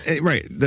Right